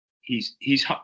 he's—he's